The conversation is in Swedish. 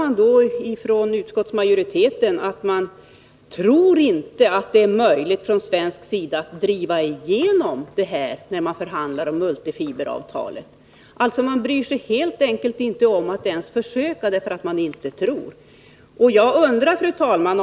På det svarar utskottsmajoriteten att man inte tror att det är möjligt att från svensk sida driva igenom något sådant. Man bryr sig helt enkelt inte om att ens försöka, därför att man inte ”tror” att det leder någon vart.